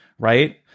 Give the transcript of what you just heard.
right